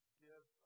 give